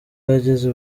yageze